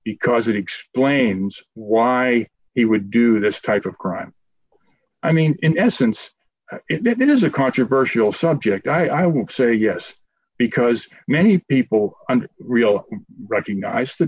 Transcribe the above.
because it explains why he would do this type of crime i mean in essence it is a controversial subject i would say yes because many people under real recognize th